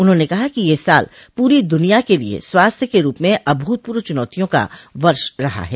उन्होंने कहा कि यह साल पूरी दुनिया के लिये स्वास्थ्य के रूप में अभूतपूर्व चुनौतियों का वर्ष रहा है